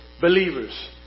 believers